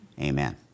Amen